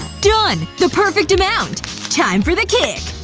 done. the perfect amount time for the kick,